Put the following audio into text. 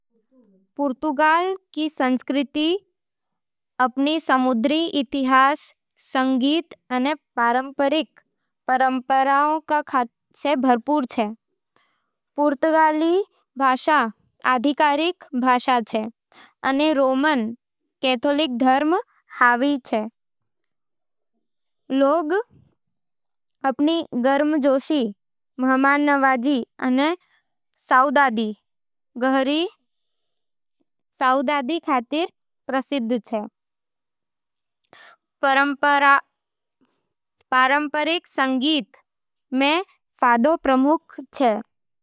बेल्जियम रो संस्कृति घणी विविध होवे, जिको फ्लेमिश डच, वालोनियन फ्रेंच अने जर्मन परंपरावां को माल मानांझ। तीन आधिकारिक भाषावां—डच, फ्रेंच अने जर्मन—बोल्या जावे। बेल्जियन लोग अपन कला, वास्तुकला अने गैस्ट्रोनोमी खातर प्रसिद्ध छे। खाना में वाफल्स, फ्राइज़, चॉकलेट अने मसल्स शंख लोकप्रिय होवे।